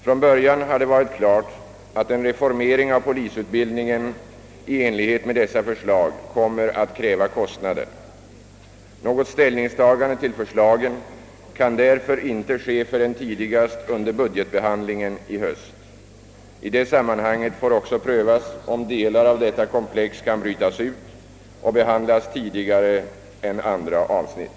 Från början har det varit klart att en reformering av polisutbildningen i enlighet med dessa förslag kommer att kräva kostnader. Något ställningstagande till förslagen kan därför inte ske förrän tidigast under budgetbehandlingen i höst. I det sammanhanget får också prövas, om delar av detta komplex kan brytas ut och behandlas tidigare än andra avsnitt.